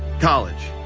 college.